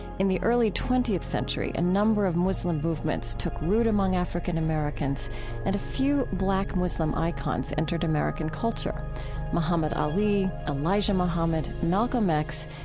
in the early twentieth century, a number of muslim movements took root among african-american, and a few black muslim icons entered american culture muhammad ali, elijah muhammad, malcolm x,